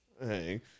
Hey